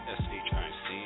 s-h-i-c